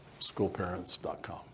schoolparents.com